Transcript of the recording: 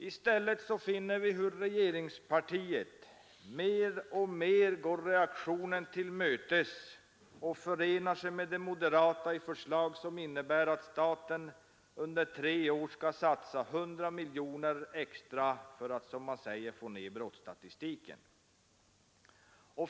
I stället finner vi hur regeringspartiet mer och mer går reaktionen till mötes och förenar sig med de moderata i förslag som innebär att staten under tre år skall satsa 100 miljoner extra för att — som man säger — få ned brottsstatistiken.